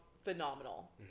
phenomenal